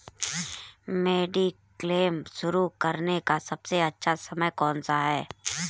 Mediclaim शुरू करने का सबसे अच्छा समय कौनसा है?